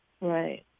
Right